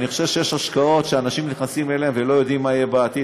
אני חושב שיש השקעות שאנשים נכנסים אליהן ולא יודעים מה יהיה בעתיד,